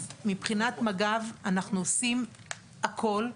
אז מבחינת מג"ב אנחנו עושים הכל.